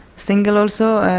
single also,